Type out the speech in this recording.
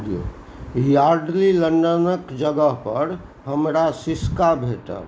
Yardley London कऽ जगह पर हमरा सिसका भेटल